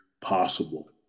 possible